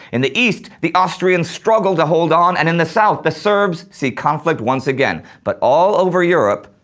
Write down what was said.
in the east the austrians struggle to hold on, and in the south the serbs see conflict once again. but all over europe,